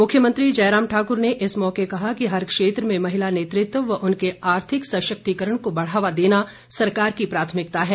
मुख्यमंत्री जयराम ठाकुर ने इस मौके कहा कि हर क्षेत्र में महिला नेतृत्व व उनके आर्थिक सशक्तिकरण को बढ़ावा देना सरकार की प्राथमिकता है